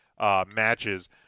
matches